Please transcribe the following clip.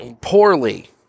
Poorly